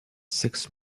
six